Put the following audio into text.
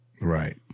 right